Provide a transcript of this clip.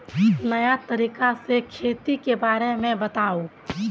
नया तरीका से खेती के बारे में बताऊं?